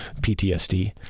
PTSD